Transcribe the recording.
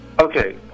Okay